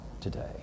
today